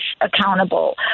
accountable